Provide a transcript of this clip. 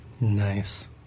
nice